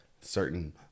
Certain